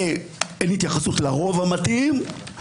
אין התייחסות לרוב המתאים.